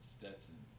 Stetson